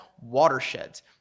watersheds